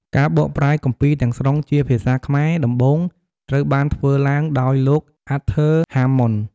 ការបកប្រែគម្ពីរទាំងស្រុងជាភាសាខ្មែរដំបូង ត្រូវបានធ្វើឡើងដោយ លោក អាតធើរ ហាមម៉ុន។